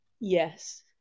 Yes